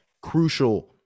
crucial